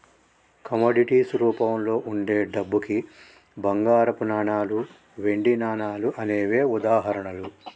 commodities రూపంలో వుండే డబ్బుకి బంగారపు నాణాలు, వెండి నాణాలు అనేవే ఉదాహరణలు